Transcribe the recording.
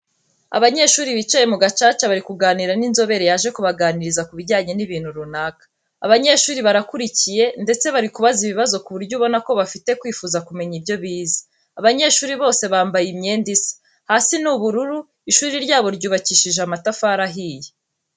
Abanyeshuri bicaye mu gacaca bari kuganira n'inzobere yaje kubaganiriza kubijyanye n'ibintu runaka, abanyeshuri barakurikiye ndetse bari kubaza ibibazo ku buryo ubona ko bafite kwifuza kumenya ibyo bize. Abanyeshuri bose bambaye imyenda isa, hasi ni ubururu, ishuri ryabo ryubakishije amatafari ahiye.